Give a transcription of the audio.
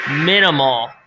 minimal